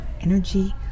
energy